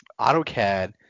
AutoCAD –